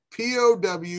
POW